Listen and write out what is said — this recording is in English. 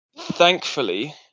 Thankfully